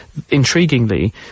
intriguingly